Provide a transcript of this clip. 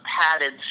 padded